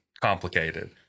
complicated